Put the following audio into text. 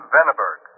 Veneberg